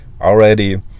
already